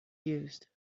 used